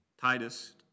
Titus